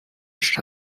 市场